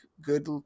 good